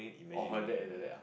oh her dad is like that ah